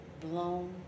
blown